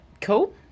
cool